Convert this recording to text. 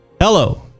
Hello